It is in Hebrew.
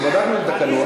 כי בדקנו את התקנון.